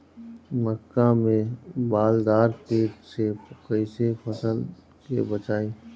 मक्का में बालदार कीट से कईसे फसल के बचाई?